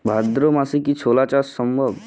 ভাদ্র মাসে কি ছোলা চাষ সম্ভব?